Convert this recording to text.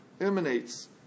emanates